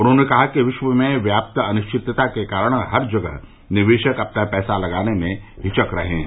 उन्होंने कहा कि विश्व में व्याप्त अनिश्चितता के कारण हर जगह निवेशक अपना पैसा लगाने में हिचक रहे हैं